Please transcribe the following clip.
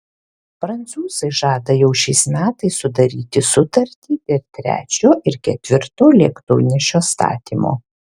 prancūzai žada jau šiais metais sudaryti sutartį dėl trečio ir ketvirto lėktuvnešio statymo